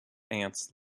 ants